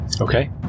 okay